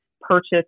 purchase